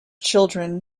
children